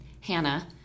Hannah